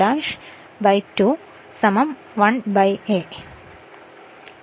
കൂടാതെ നിലവിലെ I2 2 1 a